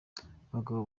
abagabo